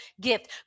gift